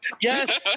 Yes